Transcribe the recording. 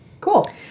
Cool